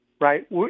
right